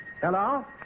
Hello